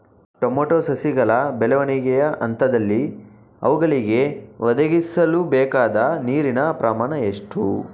Tomato ಸಸಿಗಳ ಬೆಳವಣಿಗೆಯ ಹಂತದಲ್ಲಿ ಅವುಗಳಿಗೆ ಒದಗಿಸಲುಬೇಕಾದ ನೀರಿನ ಪ್ರಮಾಣ ಎಷ್ಟು?